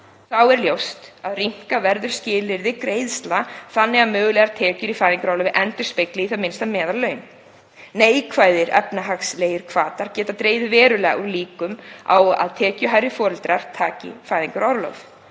er ljóst að rýmka verður skilyrði greiðslna þannig að mögulegar tekjur í fæðingarorlofi endurspegli í það minnsta meðallaun. Neikvæðir efnahagslegir hvatar geta dregið verulega úr líkum á að tekjuhærri foreldrar taki fæðingarorlof.